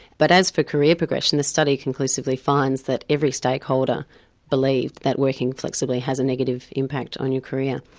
but as for career progression the study conclusively finds that every stakeholder believed that working flexibly has a negative impact on your career.